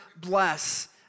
bless